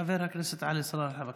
חבר הכנסת עלי סלאלחה, בבקשה.